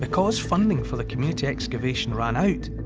because funding for the community excavation ran out,